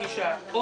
שזה חלק אינטגרלי.